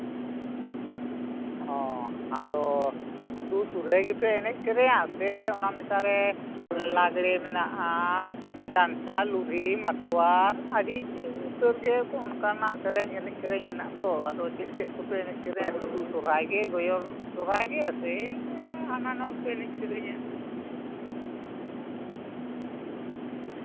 ᱚ ᱟᱫᱚ ᱥᱩᱫᱷᱩ ᱥᱚᱨᱦᱟᱭ ᱜᱮᱯᱮ ᱮᱱᱮᱡ ᱥᱮᱹᱨᱮᱹᱧᱟ ᱥᱮ ᱚᱱᱟ ᱢᱮᱥᱟᱨᱮ ᱞᱟᱸᱜᱽᱲᱮ ᱢᱮᱱᱟᱜᱼᱟ ᱰᱟᱱᱴᱟ ᱞᱩᱦᱩᱨᱤ ᱢᱟᱛᱣᱟᱨ ᱟᱹᱰᱤ ᱩᱛᱟᱹᱨ ᱜᱮ ᱠᱚ ᱚᱱᱠᱟᱱᱟᱜ ᱮᱱᱮᱡ ᱥᱮᱹᱨᱮᱹᱧ ᱢᱮᱱᱟᱜᱼᱟ ᱛᱚ ᱟᱫᱚ ᱪᱮᱫ ᱪᱮᱫ ᱠᱚᱯᱮ ᱮᱱᱮᱡ ᱥᱮᱹᱨᱮᱹᱧᱟ ᱥᱩᱫᱷᱩ ᱥᱚᱨᱦᱟᱨ ᱜᱮ ᱜᱚᱭᱚᱨ ᱥᱚᱨᱦᱟᱭᱜᱮ ᱥᱮ ᱦᱟᱱᱟ ᱱᱟᱣᱟ ᱠᱚᱯᱮ ᱮᱱᱮᱡ ᱥᱮᱹᱨᱮᱹᱧᱟ